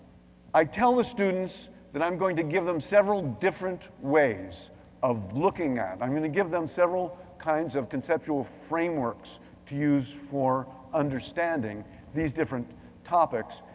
i tell the students that i'm going to give them several different ways of looking at. i'm gonna give them several kinds of conceptual frameworks to use for understanding these different topics.